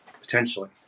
potentially